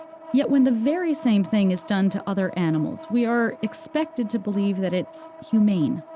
yet when the very same thing is done to other animals we are expected to believe that it's humane.